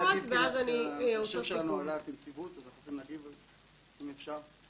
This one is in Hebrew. אנחנו רוצים להגיב אם אפשר.